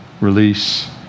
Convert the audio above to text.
release